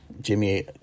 Jimmy